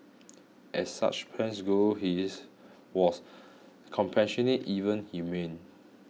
as such plans go his was compassionate even humane